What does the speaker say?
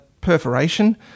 perforation